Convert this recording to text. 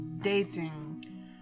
dating